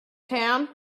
town